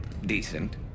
decent